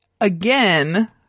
Again